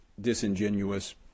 disingenuous